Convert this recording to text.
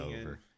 over